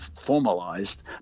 formalized